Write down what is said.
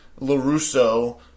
LaRusso